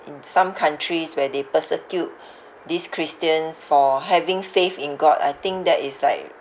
in some countries where they persecute these christians for having faith in god I think that is like